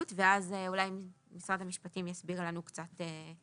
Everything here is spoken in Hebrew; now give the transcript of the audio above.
ואז אולי משרד המשפטים יסביר לנו קצת.